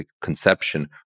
conception